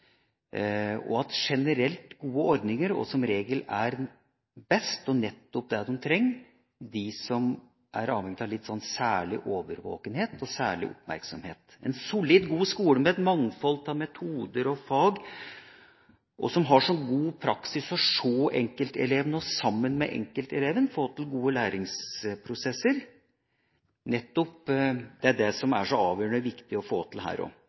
på at generelt gode ordninger som regel er best og nettopp det de trenger, de som er avhengig av særlig årvåkenhet og særlig oppmerksomhet. En solid god skole med et mangfold av metoder og fag, og som har som god praksis å se enkeltelevene og sammen med enkeltelevene få til gode læringsprosesser, er det som er så avgjørende viktig å få til her.